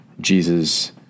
Jesus